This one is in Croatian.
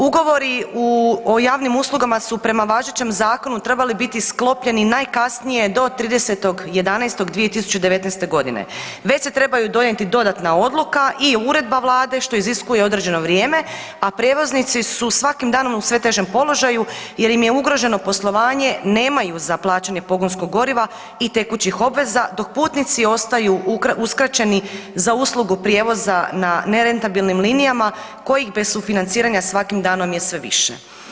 Ugovori o javnim uslugama su prema važećem zakonu trebali biti sklopljeni najkasnije do 30.11.2019.g., već se trebaju donijeti dodatna odluka i uredba Vlade što iziskuje određeno vrijeme, a prijevoznici su svakim danom u sve težem položaju jer im je ugroženo poslovanje, nemaju za plaćanje pogonskog goriva i tekućih obveza dok putnici ostaju uskraćeni za uslugu prijevoza na nerentabilnim linijama kojih bez sufinanciranja svakim danom je sve više.